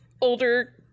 older